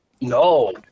No